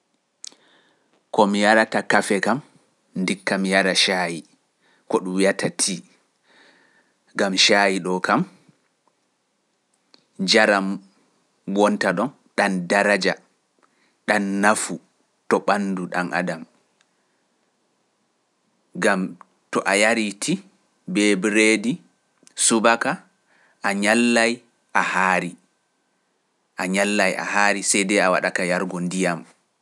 komi yarata kafe kam ndikka mi yara caayi ko ɗum wiyata tea, ngam caayi ɗoo kam, njaram wonta ɗon ɗam daraja ɗam nafu to ɓanndu ɗan'adam, ngam to a yarii tea bee bireedi subaka, a nyallay a haari, a nyallay a haari seydey a waɗa ka yarugo ndiyam